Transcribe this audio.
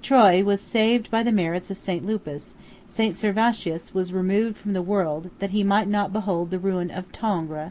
troyes was saved by the merits of st. lupus st. servatius was removed from the world, that he might not behold the ruin of tongres